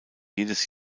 jedes